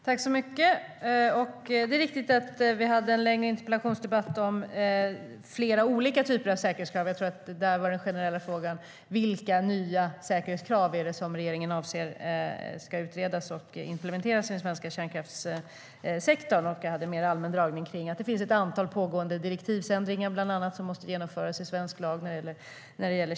Herr talman! Det är riktigt att vi hade en längre interpellationsdebatt om olika typer av säkerhetskrav. Där tror jag att den generella frågan var vilka nya säkerhetskrav regeringen avser att utreda och implementera i den svenska kärnkraftssektorn. Jag gjorde en mer allmän föredragning om att det bland annat finns ett antal pågående direktivändringar beträffande kärnsäkerheten som måste genomföras i svensk lag.